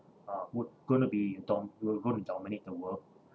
uh w~ going to be dom~ will going to dominate the world